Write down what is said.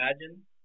imagine